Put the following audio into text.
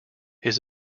his